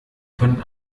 können